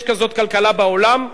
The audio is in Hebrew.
יש כזאת כלכלה בעולם?